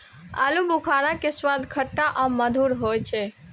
आलू बुखारा के स्वाद खट्टा आ मधुर होइ छै